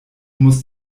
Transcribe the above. muss